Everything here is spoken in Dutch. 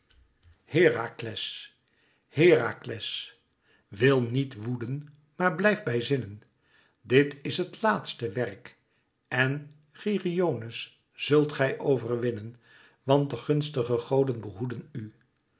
herakles herakles wil niet woeden maar blijf bij zinnen dit is het laatste werk en geryones zùlt gij overwinnen want de gunstige goden behoeden u